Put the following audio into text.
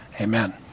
amen